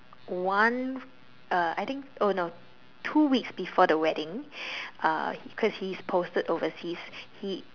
one uh I think oh no two weeks before the wedding uh cause he was posted overseas he